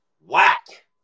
whack